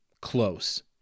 close